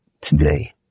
today